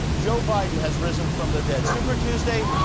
joe biden has risen from the dead. super tuesday